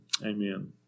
Amen